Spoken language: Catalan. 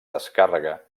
descàrrega